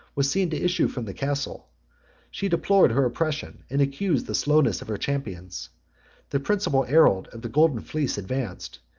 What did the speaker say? was seen to issue from the castle she deplored her oppression, and accused the slowness of her champions the principal herald of the golden fleece advanced,